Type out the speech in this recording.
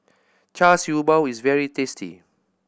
Char Siew Bao is very tasty